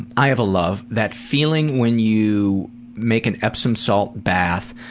i have a love. that feeling when you make an epsom salt bath,